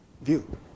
view